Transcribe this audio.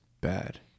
bad